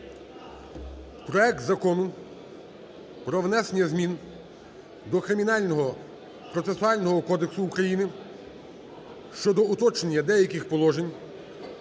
проект Закону про внесення змін до Кримінального процесуального кодексу України щодо уточнення деяких положень